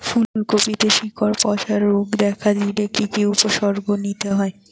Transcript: ফুলকপিতে শিকড় পচা রোগ দেখা দিলে কি কি উপসর্গ নিতে হয়?